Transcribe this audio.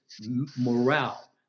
morale